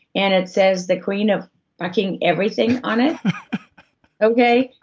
and it says the queen of fucking everything on it okay,